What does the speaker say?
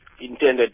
intended